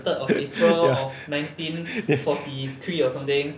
ya